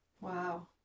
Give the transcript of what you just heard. Wow